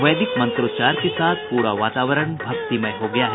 वैदिक मंत्रोच्चार के साथ पूरा वातावरण भक्तिमय हो गया है